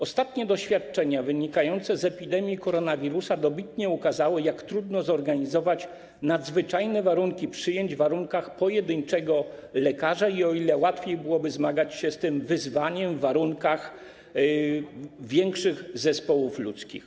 Ostatnie doświadczenia wynikające z epidemii koronawirusa dobitnie ukazały, jak trudno zorganizować nadzwyczajne warunki przyjęć w przypadku pojedynczego lekarza i o ile łatwiej byłoby zmagać się z tym wyzwaniem w przypadku większych zespołów ludzkich.